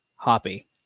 Hoppy